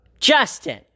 Justin